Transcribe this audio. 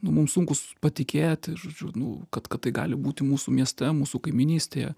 nu mum sunku patikėti žodžiu nu kad kad tai gali būti mūsų mieste mūsų kaimynystėje